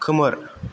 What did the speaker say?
खोमोर